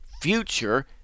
future